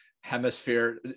hemisphere